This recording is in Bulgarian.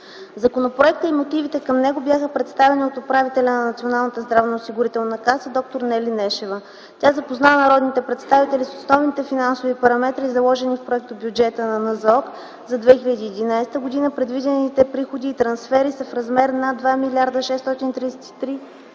Законопроектът и мотивите към него бяха представени от управителя на Националната здравноосигурителна каса д-р Нели Нешева. Тя запозна народните представители с основните финансови параметри, заложени в проектобюджета на НЗОК за 2011 г. Предвидените приходи и трансфери са в размер на 2 633 730